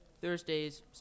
Thursdays